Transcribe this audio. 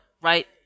right